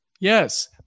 Yes